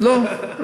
לא,